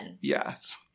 Yes